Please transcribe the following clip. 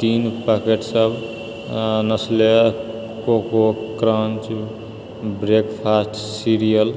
तीन पैकेटसभ Nestle cocoa crunch breakfast serial